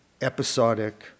episodic